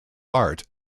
art